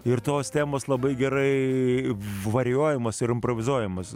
ir tos temos labai gerai varijuojamos ir improvizuojamos